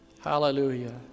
Hallelujah